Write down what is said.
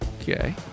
okay